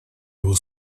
его